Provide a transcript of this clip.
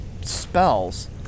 Spells